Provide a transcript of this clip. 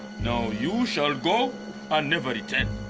now you shall go and never return.